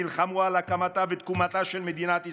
נלחמו על הקמתה ותקומתה של מדינת ישראל,